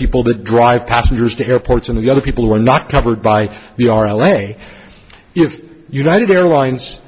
people that drive passengers to airports and the other people who are not covered by we are away if united airlines